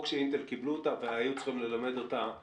או כשאינטל קיבלו אותה והיו צריכים ללמד אותה on-the-job,